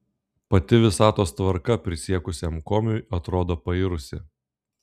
pati visatos tvarka prisiekusiam komiui atrodo pairusi